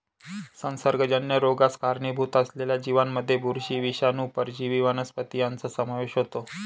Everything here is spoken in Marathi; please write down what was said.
संसर्गजन्य रोगास कारणीभूत असलेल्या जीवांमध्ये बुरशी, विषाणू, परजीवी वनस्पती यांचा समावेश होतो